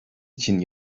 için